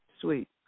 sweet